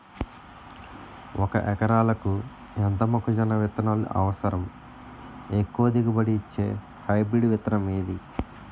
ఒక ఎకరాలకు ఎంత మొక్కజొన్న విత్తనాలు అవసరం? ఎక్కువ దిగుబడి ఇచ్చే హైబ్రిడ్ విత్తనం ఏది?